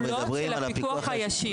הפיקוח הישיר.